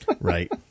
Right